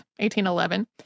1811